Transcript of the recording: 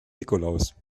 nikolaus